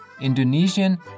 Indonesian